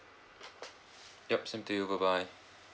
ya same to you bye bye